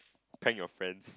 peng your friend